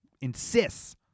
insists